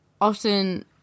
often